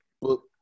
book